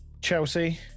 Chelsea